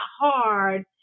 hard